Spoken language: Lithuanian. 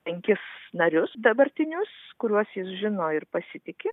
penkis narius dabartinius kuriuos jis žino ir pasitiki